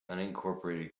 unincorporated